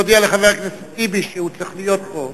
להודיע לחבר הכנסת טיבי שהוא צריך להיות פה.